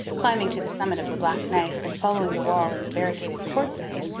climbing to the summit of the black gneiss and following the wall in the variegated quartzite,